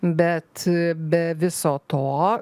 bet be viso to